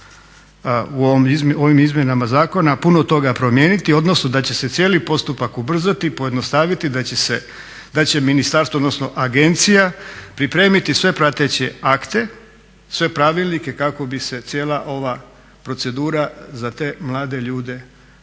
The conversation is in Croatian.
u ovim izmjenama zakona puno toga promijeniti odnosno da će se cijeli postupak ubrzati, pojednostaviti i da će ministarstvo odnosno agencija pripremiti sve prateće akte, sve pravilnike kako bi se cijela ova procedura za te mlade ljude pojednostavila.